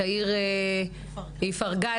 תאיר איפרגן,